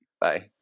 Bye